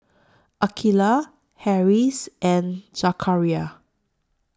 Aqeelah Harris and Zakaria